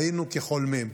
היינו כחולמים.